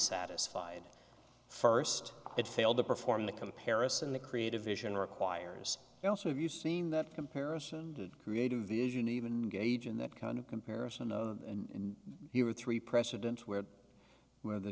satisfied first it failed to perform the comparison the creative vision requires you also have you seen that comparison creative vision even gauge in that kind of comparison of when you were three precedents where where the